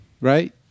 right